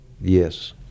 Yes